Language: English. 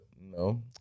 no